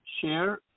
share